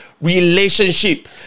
relationship